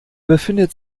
befindet